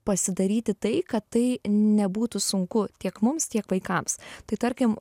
pasidaryti tai kad tai nebūtų sunku tiek mums tiek vaikams tai tarkim